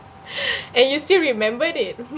and you still remembered it